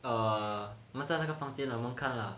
err 我们在那个房间我们看啦